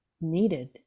needed